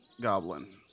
goblin